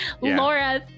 Laura